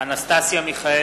אנסטסיה מיכאלי,